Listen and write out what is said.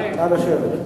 נא לשבת.